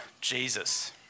Jesus